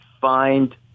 find